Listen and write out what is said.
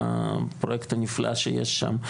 בפרוייקט הנפלא שיש שם.